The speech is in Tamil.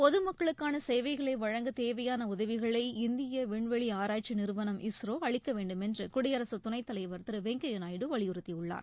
பொதுமக்களுக்கான சேவைகளை வழங்க தேவையான உதவிகளை இந்திய விண்வெளி ஆராய்ச்சி நிறுவனம் இஸ்ரோ அளிக்க வேண்டுமென்று குடியரசு துணைத்தலைவா் திரு வெங்கையா நாயுடு வலியுறுத்தியுள்ளார்